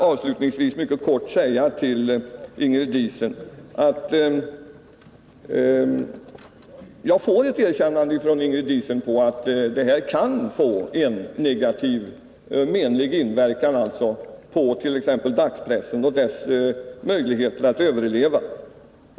Avslutningsvis vill jag mycket kortfattat konstatera att jag får det erkännandet av Ingrid Diesen att det här kan få menlig inverkan, t.ex. på dagspressen och dess möjligheter att överleva.